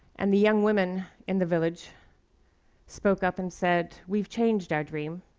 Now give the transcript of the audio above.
and the young women in the village spoke up and said, we've changed our dream.